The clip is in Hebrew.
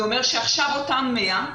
זה אומר שעכשיו אותם 100,